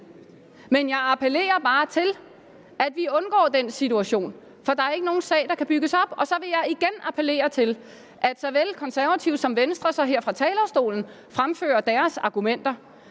Men jeg appellerer bare til, at vi undgår den situation, for der er ikke nogen sag, der kan bygges op. Og så vil jeg igen appellere til, at såvel Konservative som Venstre her fra talerstolen fremfører deres argumenter.